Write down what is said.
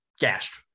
gashed